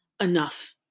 enough